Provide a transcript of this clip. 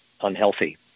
unhealthy